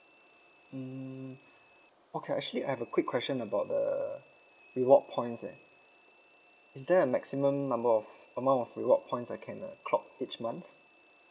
mm okay actually I have a quick question about the reward points eh is there a maximum number of amount of reward points I can uh clock each month